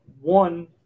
one